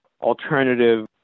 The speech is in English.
alternative